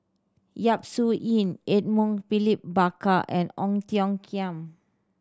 Yap Su Yin Edmund William Barker and Ong Tiong Khiam